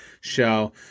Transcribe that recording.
show